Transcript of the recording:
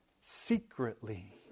Secretly